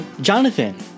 Jonathan